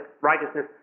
righteousness